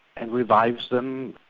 and revives them,